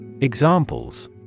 Examples